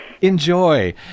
Enjoy